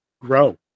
grow